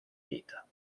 vita